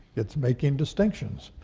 it's making distinctions.